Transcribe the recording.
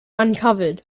uncovered